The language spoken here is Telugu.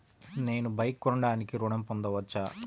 నేను బైక్ కొనటానికి ఋణం పొందవచ్చా?